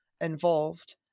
involved